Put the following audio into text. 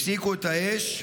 הפסיקו את האש,